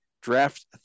Draft